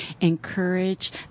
encourage